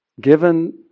given